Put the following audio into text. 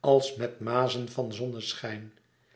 als met mazen van zonneschijn